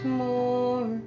more